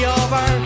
over